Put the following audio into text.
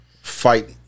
fight